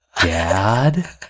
Dad